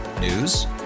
News